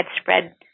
spread